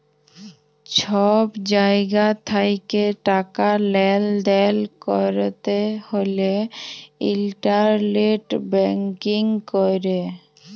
ছব জায়গা থ্যাকে টাকা লেলদেল ক্যরতে হ্যলে ইলটারলেট ব্যাংকিং ক্যরে